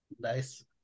Nice